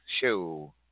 show